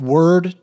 Word